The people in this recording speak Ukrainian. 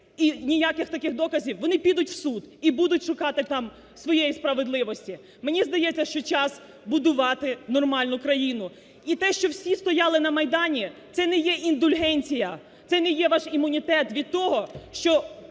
ніяких таких доказів, вони підуть в суд і будуть шукати там своєї справедливості. Мені здається, що час будувати нормальну країну. І те, що всі стояли на Майдані – це не є індульгенція, це не є ваш імунітет від того, що